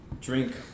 drink